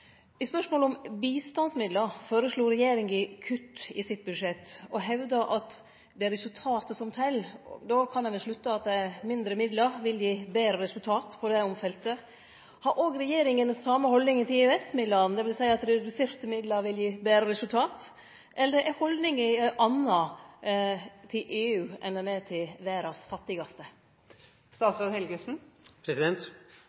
I spørsmålet om bistandsmidlar føreslo regjeringa kutt i sitt budsjett, og hevda at det er resultatet som tel. Då kan ein vel slutte at færre midlar vil gi betre resultat på det feltet. Har regjeringa òg same haldninga til EØS-midlane, dvs. at reduserte midlar vil gi betre resultat, eller er haldninga ei anna til EU enn ho er til